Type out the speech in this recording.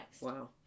Wow